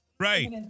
Right